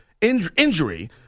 injury